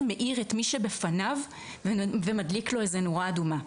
מאיר את מי שבפניו ומדליק לו איזה נורה אדומה.